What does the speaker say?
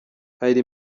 hari